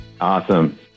Awesome